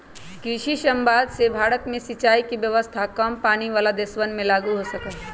कृषि समवाद से भारत में सिंचाई के व्यवस्था काम पानी वाला देशवन में लागु हो सका हई